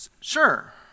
sure